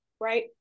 right